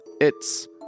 It's